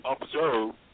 observe